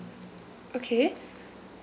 okay